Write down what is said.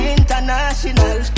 International